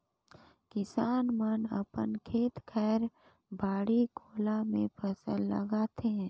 किसान मन अपन खेत खायर, बाड़ी कोला मे फसल लगाथे